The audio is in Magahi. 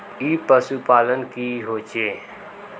ई पशुपालन की होचे?